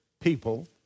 people